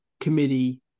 committee